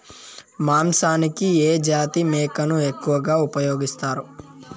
మాంసానికి ఏ జాతి మేకను ఎక్కువగా ఉపయోగిస్తారు?